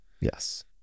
yes